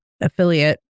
affiliate